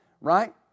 right